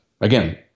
again